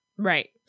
Right